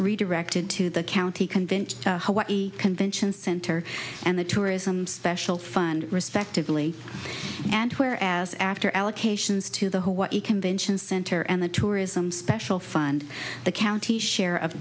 redirected to the county convention convention center and the tourism special fund respectively and where as after allocations to the hawaii convention center and the tourism special fund the county share of